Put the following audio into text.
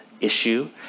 issue